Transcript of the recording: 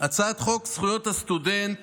הצעת חוק זכויות הסטודנט